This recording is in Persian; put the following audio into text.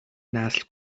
نسل